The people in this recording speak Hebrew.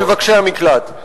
הפליטים ומבקשי המקלט.